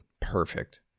Perfect